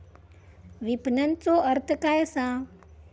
विपणनचो अर्थ काय असा?